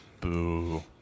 Boo